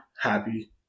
happy